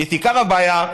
את עיקר הבעיה.